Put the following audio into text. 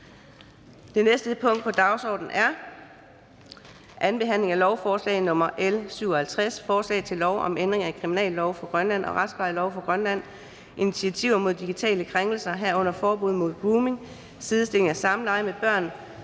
Det næste punkt på dagsordenen er: 3) 2. behandling af lovforslag nr. L 97: Forslag til lov om ændring af kriminallov for Grønland og retsplejelov for Grønland. (Initiativer mod digitale krænkelser, herunder forbud mod grooming, sidestilling af samleje med barn